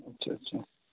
اچھا اچھا